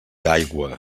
aigua